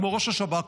כמו ראש השב"כ,